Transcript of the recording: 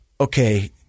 okay